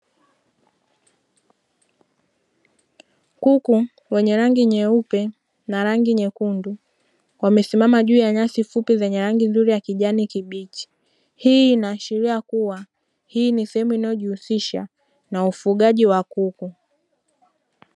Kuku wenye rangi nyeupe na rangi nyekundu, wamesimama juu ya nyasi fupi zenye rangi nzuri za kijani kibichi. Hii inaashiria kuwa, hii ni sehemu inayojihusisha na ufugaji wa kuku.